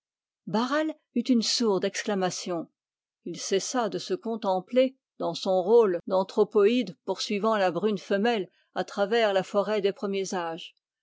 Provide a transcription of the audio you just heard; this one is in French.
barral eut une sourde exclamation il cessa de se contempler dans son rôle d'anthropoïde poursuivant la brune femelle à travers la forêt des premiers âges